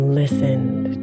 listened